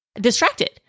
distracted